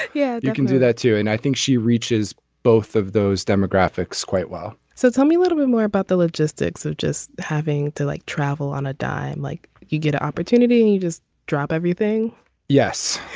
yeah you can do that too and i think she reaches both of those demographics quite well so tell me a little bit more about the logistics of just having to like travel on a dime like you get an opportunity and you just drop everything yes.